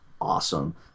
awesome